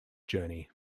journey